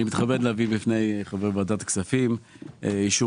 אני מתכבד להביא בפני חברי ועדת הכספים הצעה לאישור